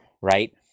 right